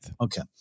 okay